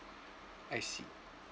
I see